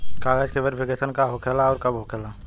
कागज के वेरिफिकेशन का हो खेला आउर कब होखेला?